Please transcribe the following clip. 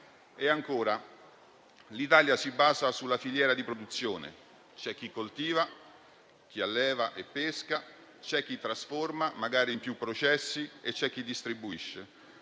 E ancora, l'Italia si basa sulla filiera di produzione: c'è chi coltiva, chi alleva e pesca, c'è chi trasforma, magari in più processi, e c'è chi distribuisce.